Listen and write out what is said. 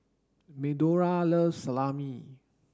Medora loves Salami